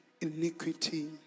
iniquity